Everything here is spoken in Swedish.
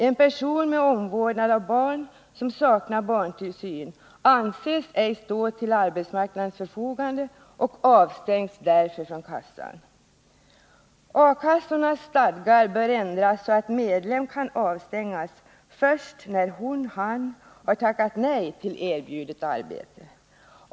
En person med omvårdnad av barn som saknar barntillsyn anses ej stå till arbetsmarknadens förfogande och avstängs därför från kassan.” I skrivelsen föreslås att ”A-kassornas stadgar ändras så att medlem kan avstängas först när hon/han har tackat nej till erbjudet arbete.